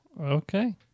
Okay